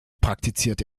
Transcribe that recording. praktizierte